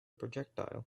projectile